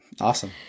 Awesome